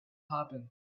happen